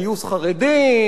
גיוס חרדים,